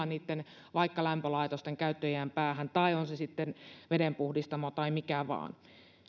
niitten vaikka lämpölaitosten käyttöiän päähän tai on se sitten vedenpuhdistamo tai mikä vaan